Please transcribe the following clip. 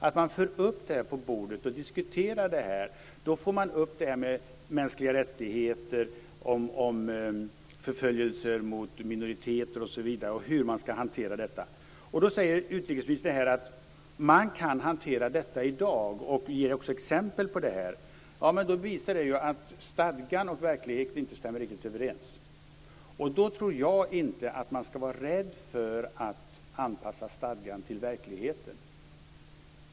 För man upp det här på bordet, och diskuterar det, så får man också upp frågan om mänskliga rättigheter, förföljelser av minoriteter osv. och hur man skall hantera den. Utrikesministern säger att man kan hantera detta i dag och ger också exempel på det. Men det visar ju att stadgan och verkligheten inte stämmer riktigt överens. Då tror jag inte att man skall vara rädd för att anpassa stadgan till verkligheten.